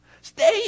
stay